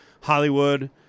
Hollywood